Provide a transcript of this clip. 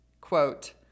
quote